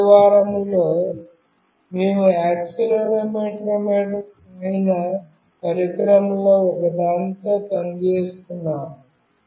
చివరి వారంలో మేము యాక్సిలెరోమీటర్ అయిన పరికరంలో ఒకదానితో పని చేస్తున్నాము